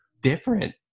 different